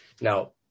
Now